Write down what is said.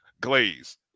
Glaze